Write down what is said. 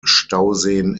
stauseen